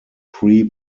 pre